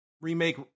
Remake